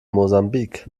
mosambik